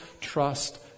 trust